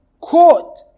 court